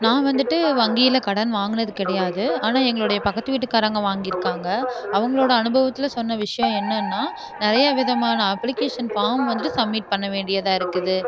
நான் வந்துட்டு வங்கியில் கடன் வாங்கினது கிடையாது ஆனால் எங்களுடைய பக்கத்து வீட்டுக்காரங்கள் வாங்கியிருக்காங்க அவங்களோட அனுபவத்தில் சொன்ன விஷயம் என்னென்னா நிறைய விதமான அப்ளிகேஷன் ஃபார்ம் வந்துட்டு சப்மிட் பண்ண வேண்டியதாக இருக்குது